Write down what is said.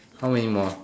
how many more